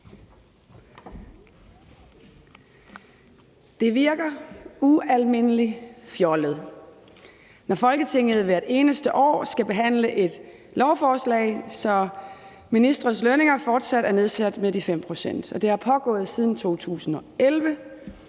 Det virker ualmindelig fjollet, når Folketinget hver eneste år skal behandle et lovforslag, så ministres lønninger fortsat er nedsat med 5 pct. Det har pågået siden 2011,